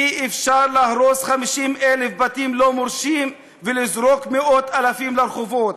אי-אפשר להרוס 50,000 בתים לא מורשים ולזרוק מאות-אלפים לרחובות.